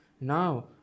Now